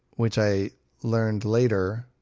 which i learned later,